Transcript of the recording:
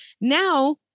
Now